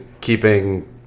keeping